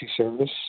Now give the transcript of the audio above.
service